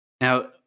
Now